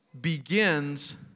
begins